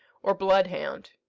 or bloodhound.